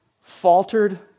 faltered